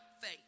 faith